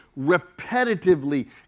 repetitively